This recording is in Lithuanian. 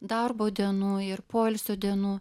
darbo dienų ir poilsio dienų